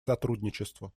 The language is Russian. сотрудничеству